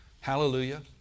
Hallelujah